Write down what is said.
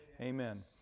amen